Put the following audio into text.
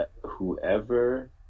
whoever